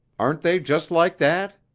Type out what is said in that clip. aren't they just like that?